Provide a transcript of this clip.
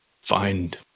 find